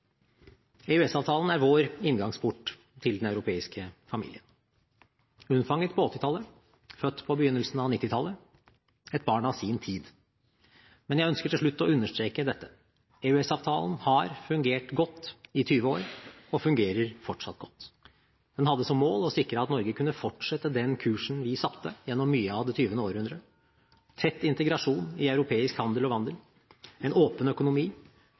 EØS-avtalen er vår inngangsport til den europeiske familien. Den er unnfanget på 1980-tallet, født på begynnelsen av 1990-tallet og et barn av sin tid. Men jeg ønsker til slutt å understreke dette: EØS-avtalen har fungert godt i 20 år, og den fungerer fortsatt godt. Den hadde som mål å sikre at Norge kunne fortsette den kursen vi satte gjennom mye av det tjuende århundre, med tett integrasjon i europeisk handel og vandel, en åpen økonomi